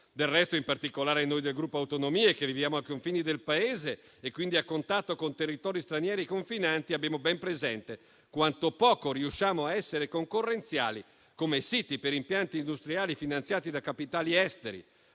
Del resto, in particolare noi del Gruppo Autonomie, che viviamo ai confini del Paese e quindi a contatto con territori stranieri confinanti, abbiamo ben presente quanto poco riusciamo a essere concorrenziali come siti per impianti industriali finanziati da capitali esteri,